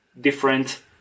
different